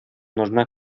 нужна